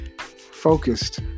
focused